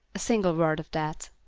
a single word of that.